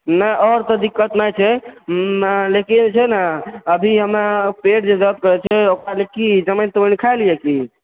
नहि और तऽ दिक्कत नहि छै लेकिन जे छै ने अभी हमर पेट जे दरद करै छै ओकरालिए की जमाइन तमानि खा लियै की